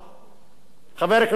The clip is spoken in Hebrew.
חבר הכנסת טלב אלסאנע,